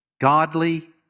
godly